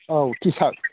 औ T shirt